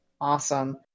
awesome